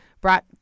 brought